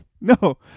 no